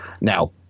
now